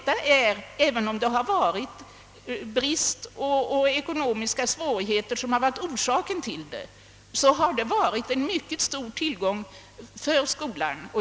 även om det har varit lärarbrist och ekonomiska svårigheter som har varit orsaken därtill, har det varit en mycket stor tillgång för skolan.